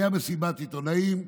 הייתה מסיבת עיתונאים,